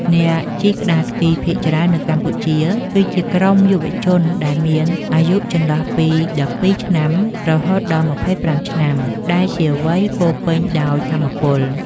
អ្នកជិះក្ដារស្គីភាគច្រើននៅកម្ពុជា គឺជាក្រុមយុវជនដែលមានអាយុចន្លោះពី ១២ ឆ្នាំ រហូតដល់ ២៥ ឆ្នាំ ដែលជាវ័យពោរពេញដោយថាមពល។